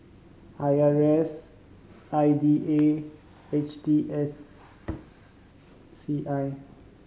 I R A S I D A and H T S C I